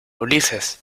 ulises